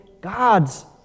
God's